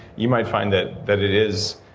you might find that that it is,